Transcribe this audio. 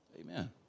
Amen